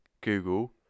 Google